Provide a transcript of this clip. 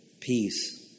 peace